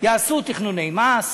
יעשו תכנוני מס,